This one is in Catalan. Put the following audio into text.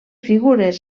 figures